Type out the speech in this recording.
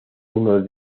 uno